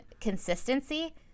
consistency